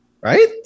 Right